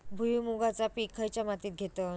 भुईमुगाचा पीक खयच्या मातीत घेतत?